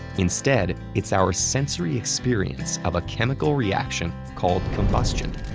instead, it's our sensory experience of a chemical reaction called combustion.